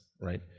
right